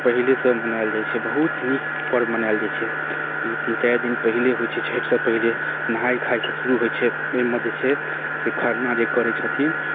पहिले सऽ मनायल जाइ छै बहुत नीक पर्व मनायल जाइ छै ई तीन चारि दिन पहिले होइ छै छठि सऽ पहिले नहाय खाय सऽ शुरू होइ छै एहिमे जे छै से खरना जे करै छथिन